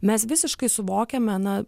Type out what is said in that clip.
mes visiškai suvokiame na